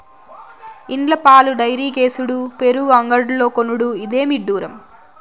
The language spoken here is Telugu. ఇండ్ల పాలు డైరీకేసుడు పెరుగు అంగడ్లో కొనుడు, ఇదేమి ఇడ్డూరం